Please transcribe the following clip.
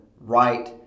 right